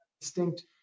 distinct